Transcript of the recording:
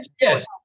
yes